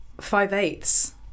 Five-eighths